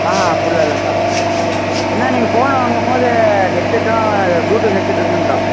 ஆ அப்பல்லாம் இல்லைங்க்கா வேணா நீங்கள் ஃபோன்னு வாங்கும்மோது ஹெட்செட்டும் ப்ளூடூத் ஹெட்செட் இருக்குங்க்கா